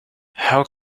how